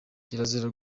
kirazira